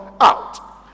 out